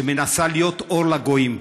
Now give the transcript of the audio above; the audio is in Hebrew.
שמנסה להיות אור לגויים.